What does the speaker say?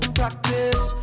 practice